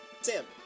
Sam